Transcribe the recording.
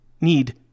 need